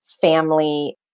family